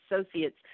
associates